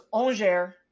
Angers